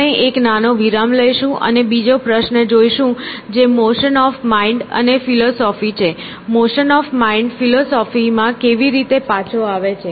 આપણે એક નાનો વિરામ લઈશું અને બીજો પ્રશ્ન જોઈશું જે મોશન ઓફ માઈન્ડ અને ફિલોસોફી છે મોશન ઓફ માઈન્ડ ફિલોસોફીમાં કેવી રીતે પાછો આવે છે